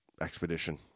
expedition